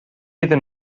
iddyn